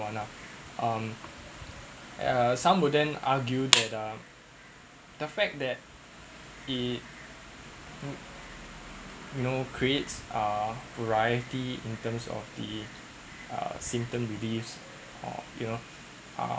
marijuana um yeah some would then argue that the fact that it you know creates uh variety in terms of the uh symptoms beliefs or you know uh